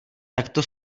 takto